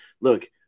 Look